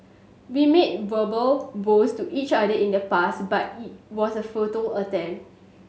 we made verbal vows to each other in the past but it was a futile attempt